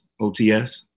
OTS